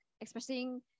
expressing